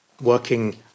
working